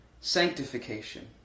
sanctification